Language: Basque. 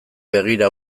begira